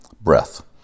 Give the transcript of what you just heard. Breath